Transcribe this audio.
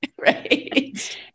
right